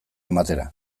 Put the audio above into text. ematera